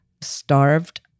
starved